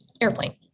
airplane